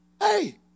Hey